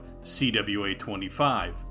CWA25